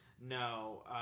no